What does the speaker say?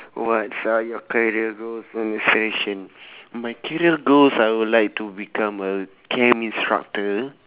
what's are your career goals and aspiration my career goals I would like to become a camp instructor